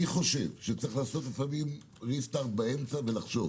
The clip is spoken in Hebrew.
צריך לעשות לפעמים ריסטרט באמצע ולחשוב.